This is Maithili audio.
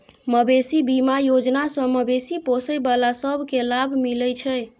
मबेशी बीमा योजना सँ मबेशी पोसय बला सब केँ लाभ मिलइ छै